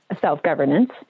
self-governance